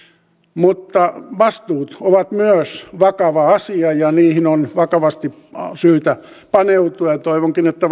mutta vastuut ovat myös vakava asia ja niihin on vakavasti syytä paneutua ja ja toivonkin että